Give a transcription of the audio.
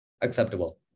acceptable